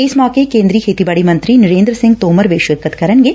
ਇਸ ਮੌਕੇ ਕੇਂਦਰੀ ਖੇਤੀਬਾਤੀ ਮੰਤਰੀ ਨਰੇਂਦਰ ਸਿੰਘ ਤੋਮਰ ਵੀ ਸ਼ਿਰਕਤ ਕਰਨਗੇ